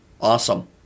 Awesome